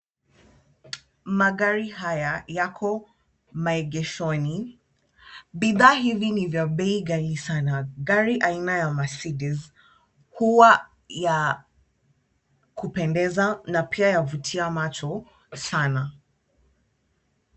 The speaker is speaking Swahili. Magari haya yako maegeshoni, bidhaa hivi ni vya bei ghali sana, gari aina ya mercedece huwa ya kupendeza na pia yavutia macho sana.